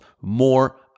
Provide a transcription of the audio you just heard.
more